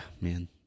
man